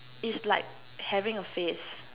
is like having a face